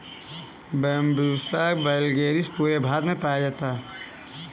Bambusa vulgaris पूरे भारत में पाया जाता है